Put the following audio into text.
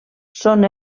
són